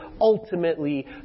ultimately